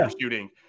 shooting